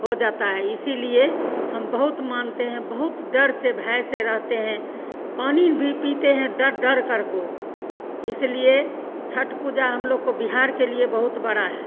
हो जाता है इसीलिए हम बहुत मानते हैं बहुत डर से भय से रहते हैं पानी भी पीते हैं डर डरकर को इसलिए छठ पूजा हमलोग को बिहार के लिए बहुत बड़ी है